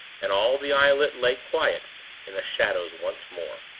and all the islet lay quiet in the shadows once more.